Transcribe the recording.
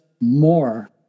more